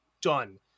done